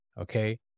Okay